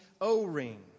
O-ring